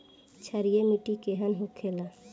क्षारीय मिट्टी केहन होखेला?